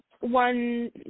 one